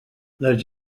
les